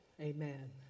Amen